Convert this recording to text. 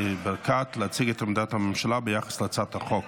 ברקת להציג את עמדת הממשלה ביחס להצעת החוק.